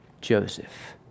Joseph